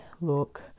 look